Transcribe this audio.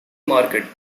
market